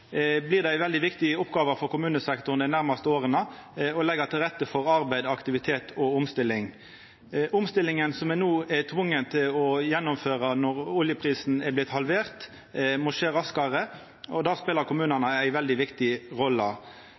blir det å leggja til rette for arbeid, aktivitet og omstilling ei veldig viktig oppgåve for kommunesektoren dei nærmaste åra. Omstillinga som me er tvungne til å gjennomføra no når oljeprisen har vorte halvert, må skje raskare. Då spelar kommunane ei veldig viktig rolle.